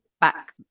back